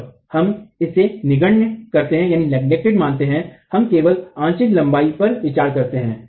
और हम इसे निग्न्न्य करते है हम केवल आंशिक लंबाई पर विचार करते हैं